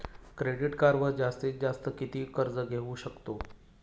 Credit कार्डवर जास्तीत जास्त किती कर्ज घेऊ शकतो?